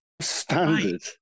Standard